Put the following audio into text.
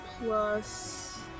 plus